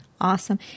Awesome